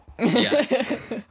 Yes